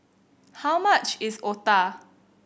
how much is Otah